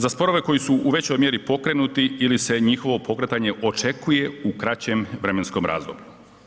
Za sporove koji su u većoj mjeri pokrenuti ili se njihovo pokretanje očekuje u kraćem vremenskom razdoblju.